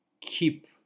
keep